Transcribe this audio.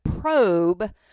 probe